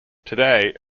today